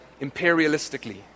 imperialistically